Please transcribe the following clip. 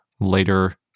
later